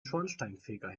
schornsteinfeger